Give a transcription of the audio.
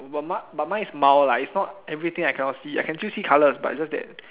but mine but mind is mild is not everything I cannot see I still can see colour but it's just that